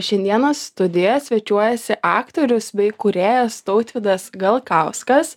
šiandieną studijoje svečiuojasi aktorius bei kūrėjas tautvydas galkauskas